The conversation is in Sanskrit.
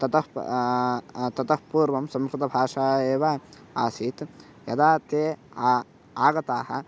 ततः प् ततः पूर्वं संस्कृतभाषा एव आसीत् यदा ते आगताः